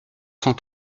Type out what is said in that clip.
cent